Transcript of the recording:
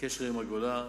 קשר עם הגולה,